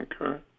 Okay